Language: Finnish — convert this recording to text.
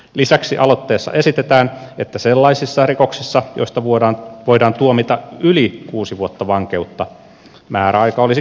lisäksi aloitteessa esitetään että sellaisissa rikoksissa joista voidaan tuomita yli kuusi vuotta vankeutta määräaika olisi kymmenen vuotta